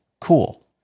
Cool